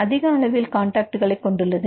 அதிக அளவில் கான்டாக்ட்களைக் கொண்டுள்ளது